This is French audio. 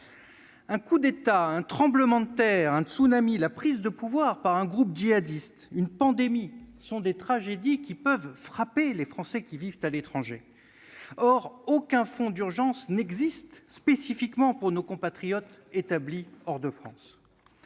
Un coup d'État, un tremblement de terre, un tsunami, la prise de pouvoir par un groupe djihadiste, une pandémie sont des tragédies qui peuvent frapper les Français établis à l'étranger. Or aucun fonds d'urgence n'existe spécifiquement pour eux. C'est d'autant plus grave